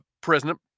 President